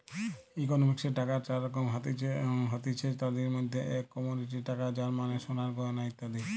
ইকোনমিক্সে টাকার চার রকম হতিছে, তাদির মধ্যে এক কমোডিটি টাকা যার মানে সোনার গয়না ইত্যাদি